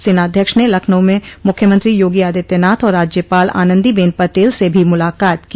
सेनाध्यक्ष ने लखनऊ में मुख्यमंत्री योगी आदित्यनाथ और राज्यपाल आनंदीबेन पटेल से भी मुलाकात की